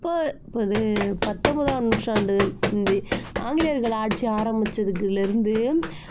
இப்போது பது பத்தொம்பதாம் நூற்றாண்டு இந்த ஆங்கிலேயர்கள் ஆட்சி ஆரமித்ததுக்குலேருந்து